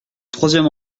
troisième